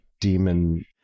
demon